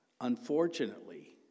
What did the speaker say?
Unfortunately